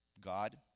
God